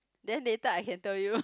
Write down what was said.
then later I can tell you